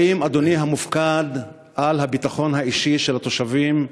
האם אדוני המופקד על הביטחון האישי של התושבים,